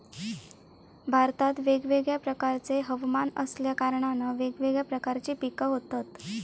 भारतात वेगवेगळ्या प्रकारचे हवमान असल्या कारणान वेगवेगळ्या प्रकारची पिका होतत